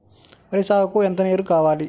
వరి సాగుకు ఎంత నీరు కావాలి?